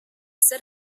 seul